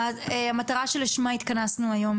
המטרה שלשמה התכנסנו כאן היום,